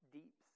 deep